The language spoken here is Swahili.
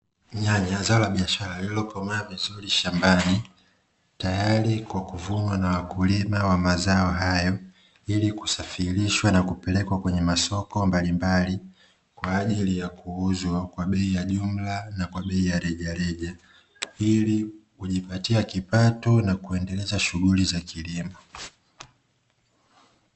Nyanya zao la biashara lililokomaa vizuri shambani, tayari kwa kuvunwa na wakulima wa mazao hayo, ili kusafirishwa na kupelekwa kwenye masoko mbalimbali, kwa ajili ya kuuzwa kwa bei ya jumla na kwa bei ya rejareja, ili kujipatia kipato na kuendeleza shughuli za kilimo.